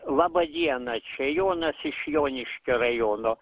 laba diena čia jonas iš joniškio rajono